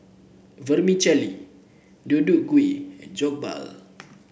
Vermicelli Deodeok Gui and Jokbal